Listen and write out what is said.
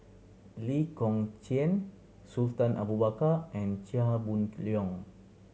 Lee Kong Chian Sultan Abu Bakar and Chia Boon Leong